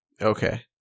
Okay